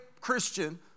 Christian